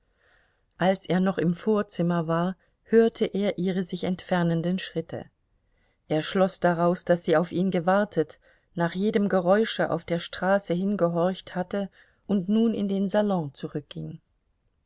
als er noch im vorzimmer war hörte er ihre sich entfernenden schritte er schloß daraus daß sie auf ihn gewartet nach jedem geräusche auf der straße hingehorcht hatte und nun in den salon zurückging